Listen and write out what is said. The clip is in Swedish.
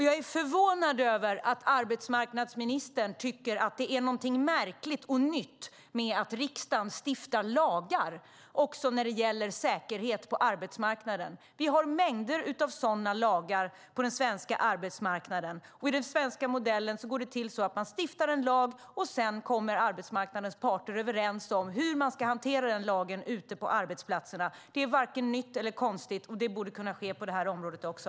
Jag är förvånad över att arbetsmarknadsministern tycker att det är någonting märkligt och nytt med att riksdagen stiftar lagar också när det gäller säkerhet på arbetsmarknaden. Vi har mängder av sådana lagar på den svenska arbetsmarknaden. I den svenska modellen går det till så att man stiftar en lag, och sedan kommer arbetsmarknadens parter överens om hur man ska hantera denna lag ute på arbetsplatserna. Det är varken nytt eller konstigt, och det borde kunna ske på detta område också.